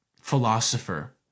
philosopher